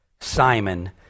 Simon